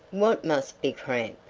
what must be cramp?